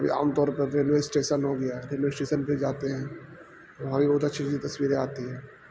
ابھی عام طور پر ریلوے اسٹیشن ہو گیا ریلوے اسٹیشن پہ جاتے ہیں وہاں بھی بہت اچھی اچھی تصویریں آتی ہے